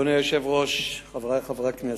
אדוני היושב-ראש, חברי חברי הכנסת,